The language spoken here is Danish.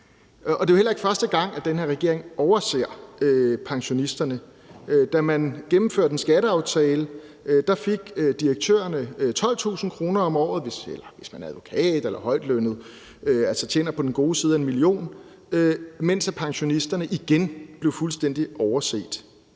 Det er jo heller ikke første gang, at den her regering overser pensionisterne. Da man gennemførte en skatteaftale, fik direktørerne 12.000 kr. om året, altså hvis man er advokat eller er højtlønnet og tjener på den gode side af en million, mens pensionisterne igen blev fuldstændig overset.